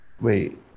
Wait